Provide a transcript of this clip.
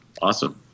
Awesome